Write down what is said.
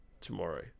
tomorrow